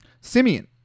Simeon